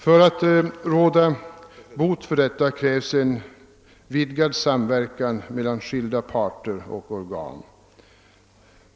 För att råda bot härpå krävs en vidgad samverkan mellan skilda parter och organ.